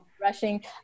rushing